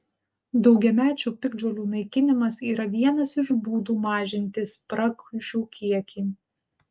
daugiamečių piktžolių naikinimas yra vienas iš būdų mažinti spragšių kiekį